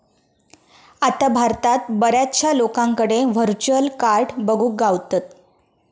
आता भारतात बऱ्याचशा लोकांकडे व्हर्चुअल कार्ड बघुक गावतत